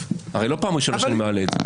הרי לא פעם ראשונה שאני מעלה את זה.